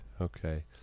Okay